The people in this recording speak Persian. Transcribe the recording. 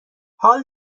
حال